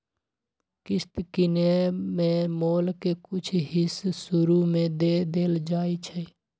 किस्त किनेए में मोल के कुछ हिस शुरू में दे देल जाइ छइ